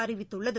அறிவித்துள்ளது